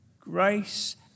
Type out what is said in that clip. Grace